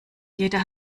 jeder